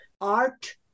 art